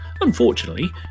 Unfortunately